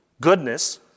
goodness